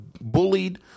bullied